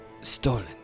Stolen